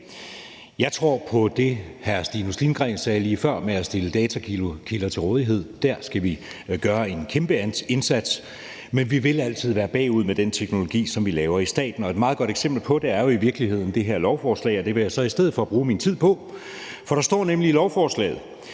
Jeg tror på det, hr. Stinus Lindgreen sagde lige før, med at stille datakilder til rådighed. Der skal vi gøre en kæmpe indsats, men vi vil altid være bagud med den teknologi, som vi laver i staten, og et meget godt eksempel på det er i virkeligheden det her beslutningsforslag, og det vil jeg så i stedet for at bruge min tid på. Der står nemlig i bemærkningerne